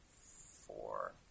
four